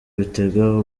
bitega